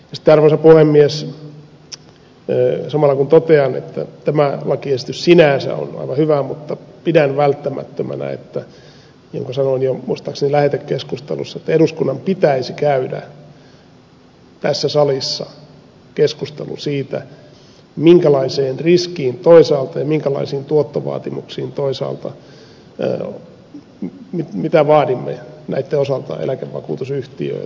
sitten arvoisa puhemies samalla kun totean että tämä lakiesitys sinänsä on aivan hyvä pidän välttämättömänä niin kuin sanoin jo muistaakseni lähetekeskustelussa että eduskunnan pitäisi käydä tässä salissa keskustelu siitä minkälaisen riskin sallimme toisaalta ja minkälaista tuottoa toisaalta vaadimme eläkevakuutusyhtiöiltä